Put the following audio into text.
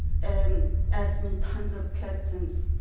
and asked me tons of questions.